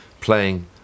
playing